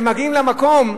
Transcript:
הם מגיעים למקום: